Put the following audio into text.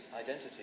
identity